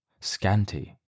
scanty